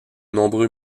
nombreux